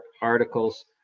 articles